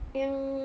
yang